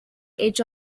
edge